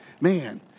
man